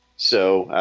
so